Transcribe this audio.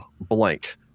blank